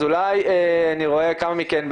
אז אולי אני רואה כמה מכם,